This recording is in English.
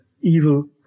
evil